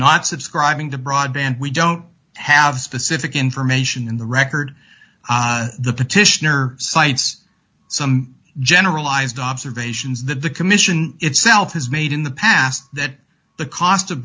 not subscribing to broadband we don't have specific information in the record the petitioner cites some generalized observations that the commission itself has made in the past that the cost of